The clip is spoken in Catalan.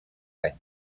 anys